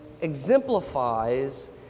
Exemplifies